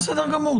לא, זה בסדר גמור.